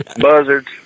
buzzards